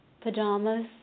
Pajamas